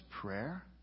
prayer